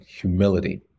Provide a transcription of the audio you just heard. humility